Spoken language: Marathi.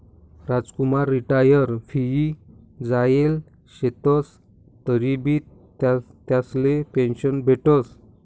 रामकुमार रिटायर व्हयी जायेल शेतंस तरीबी त्यासले पेंशन भेटस